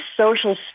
social